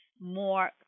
more